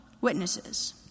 witnesses